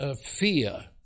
fear